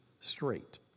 straight